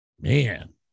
man